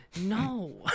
No